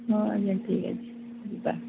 ହଁ ଆଜ୍ଞା ଠିକ୍ ଅଛି ଯିବା